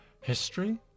history